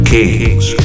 Kings